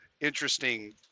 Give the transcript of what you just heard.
interesting